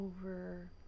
over